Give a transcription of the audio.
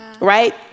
right